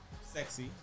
Sexy